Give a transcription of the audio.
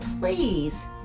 please